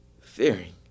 fearing